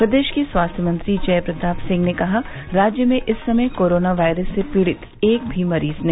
प्रदेश के स्वास्थ्य मंत्री जयप्रताप सिंह ने कहा राज्य में इस समय कोरोना वायरस से पीड़ित एक भी मरीज नहीं